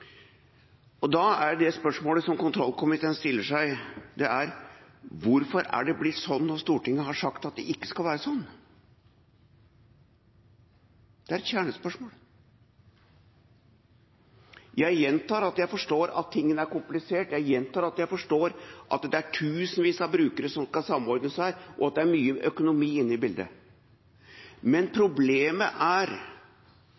øker.» Da er det spørsmålet som kontrollkomiteen stiller seg: Hvorfor er det blitt sånn når Stortinget har sagt at det ikke skal være sånn? Det er et kjernespørsmål. Jeg gjentar at jeg forstår at tingene er komplisert. Jeg gjentar at jeg forstår at det er tusenvis av brukere som skal samordnes her, og at det er mye økonomi inne i bildet. Men